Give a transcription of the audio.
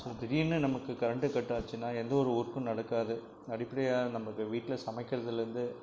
திடீர்னு நமக்கு கரண்ட்டு கட்டாச்சுனா எந்த ஒரு ஒர்க்கும் நடக்காது அடிப்படையாக நமக்கு வீட்டில் சமைக்கிறதுலருந்து